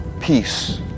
peace